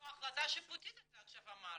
לא, החלטה שיפוטית אמרת.